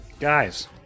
guys